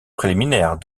préliminaires